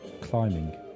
climbing